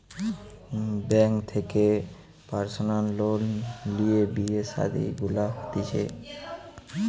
bank থেকে personal loan লিয়ে বিয়ে শাদী গুলা হতিছে